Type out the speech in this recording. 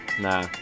nah